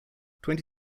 twenty